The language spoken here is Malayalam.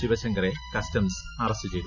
ശിവശങ്കറെ കസ്റ്റംസ് അറസ്റ്റ് ചെയ്തു